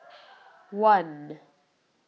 one